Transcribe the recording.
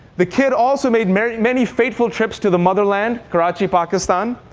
the kid also made many, many fateful trips to the motherland, karachi, pakistan,